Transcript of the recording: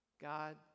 God